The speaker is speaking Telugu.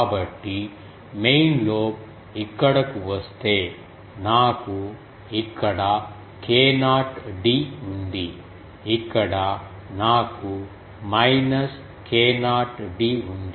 కాబట్టి మెయిన్ లోబ్ ఇక్కడకు వస్తే నాకు ఇక్కడ k0d ఉంది ఇక్కడ నాకు మైనస్ k0d ఉంది